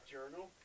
Journal